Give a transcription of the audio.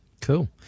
Cool